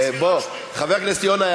חבר הכנסת יונה,